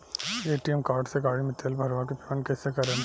ATM card से गाड़ी मे तेल भरवा के पेमेंट कैसे करेम?